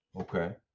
Okay